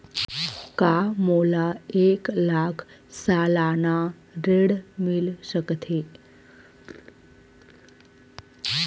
का मोला एक लाख सालाना ऋण मिल सकथे?